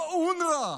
לא אונר"א,